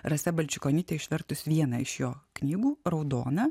rasa balčikonytė išvertus vieną iš jo knygų raudoną